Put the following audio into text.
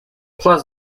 plus